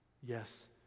Yes